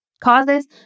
causes